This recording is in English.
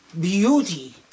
Beauty